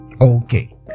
okay